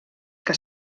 que